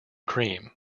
cream